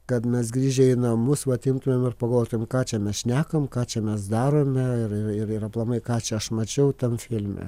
kad mes grįžę į namus vat imtumėm ir pagalvotumėm ką čia mes šnekam ką čia mes darome ir ir ir aplamai ką čia aš mačiau tam filme